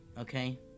Okay